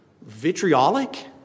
vitriolic